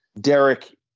Derek